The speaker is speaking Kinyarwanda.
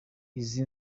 izi